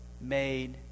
made